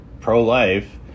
pro-life